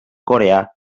coreà